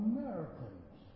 Americans